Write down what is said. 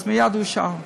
אז מייד הוא שאל.